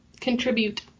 contribute